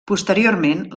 posteriorment